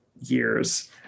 years